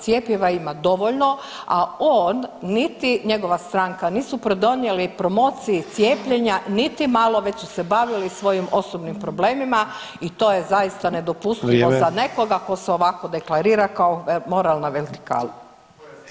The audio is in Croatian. Cjepiva ima dovoljno, a on niti njegova stranka nisu pridonijeli promociji cijepljenja niti malo već su se bavili svojim osobnim problemima i to je zaista nedopustivo za nekoga tko se ovako deklarira kao moralna vertikala.